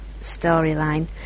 storyline